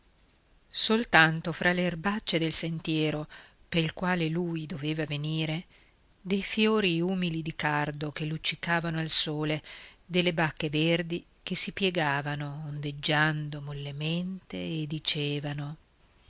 soltanto fra le erbacce del sentiero pel quale lui doveva venire dei fiori umili di cardo che luccicavano al sole delle bacche verdi che si piegavano ondeggiando mollemente e dicevano